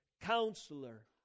Counselor